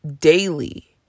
daily